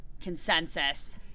consensus